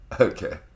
Okay